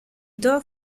todas